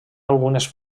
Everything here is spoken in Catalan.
algunes